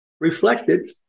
reflected